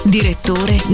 Direttore